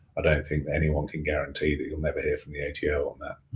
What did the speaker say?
ah don't think anyone can guarantee that you'll never hear from the ato on that.